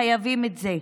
חייבים את זה.